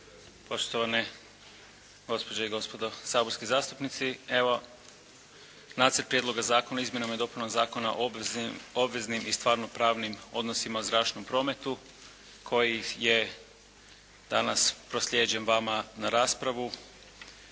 poštovane gospođe i gospodo saborski zastupnici. Evo, Nacrt prijedloga zakona o izmjenama i dopunama Zakona o obveznim i stvarnopravnim odnosima u zračnom prometu koji je danas proslijeđen vama na raspravu